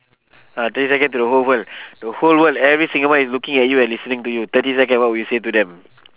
ah thirty second to the whole world to the whole world every single one is looking at you and listening to you thirty second what would you say to them